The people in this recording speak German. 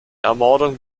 ermordung